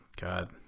God